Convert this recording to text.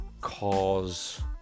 cause